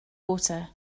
water